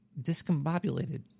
discombobulated